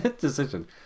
decision